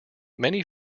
many